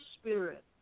spirit